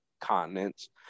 continents